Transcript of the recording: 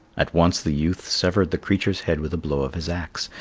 at once the youth severed the creature's head with a blow of his axe,